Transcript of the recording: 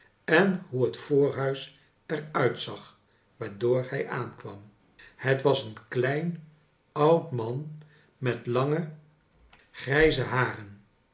en hoe het voorhuis er uitzag waardoor hij aankwam het was een klein oud manmetlangegrijze haren